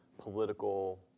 political